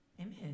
Amen